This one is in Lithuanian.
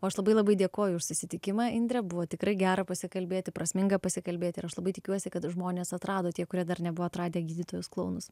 o aš labai labai dėkoju už susitikimą indre buvo tikrai gera pasikalbėti prasminga pasikalbėti ir aš labai tikiuosi kad žmonės atrado tie kurie dar nebuvo atradę gydytojus klounus